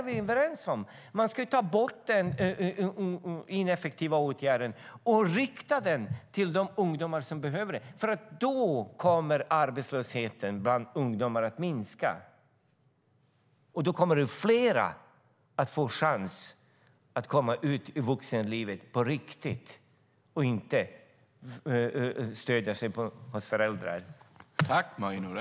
Vi är överens om att man ska ta bort de ineffektiva åtgärderna och rikta åtgärderna till de ungdomar som behöver dem, för då kommer arbetslösheten bland ungdomar att minska, och då kommer fler att få chans att komma ut i vuxenlivet på riktigt och inte stödja sig på föräldrarna.